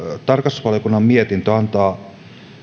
tarkastusvaliokunnan mietintö antaa